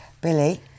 Billy